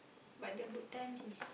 but the good times is